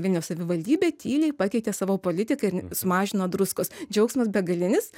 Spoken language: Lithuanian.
vilniaus savivaldybė tyliai pakeitė savo politiką ir sumažino druskos džiaugsmas begalinis